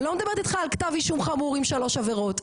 לא מדברת איתך על כתב אישום חמור עם שלוש עבירות,